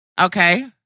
okay